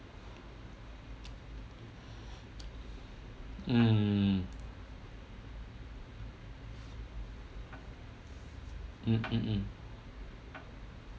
mm mm mm mm